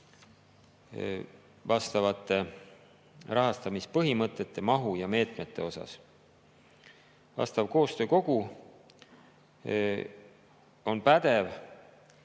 vastava rahastamise põhimõtete, mahu ja meetmete osas. See koostöökogu on pädev